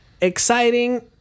exciting